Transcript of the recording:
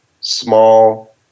small